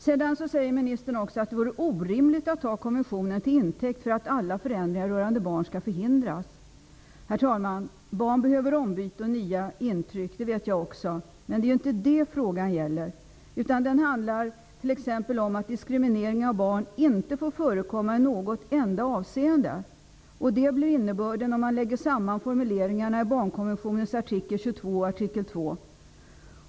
Sedan säger ministern också: ''Det vore orimligt att ta konventionen till intäkt för att alla förändringar rörande barn skall förhindras.'' Herr talman! Barn behöver ombyte och nya intryck. Det vet jag också. Men det är inte det som frågan gäller. Utan den handlar om att t.ex. diskriminering av barn inte får förekomma i något enda avseende. Det blir innebörden om man lägger samman formuleringarna i barnkonventionens artikel 22 och artikel 2.